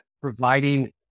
providing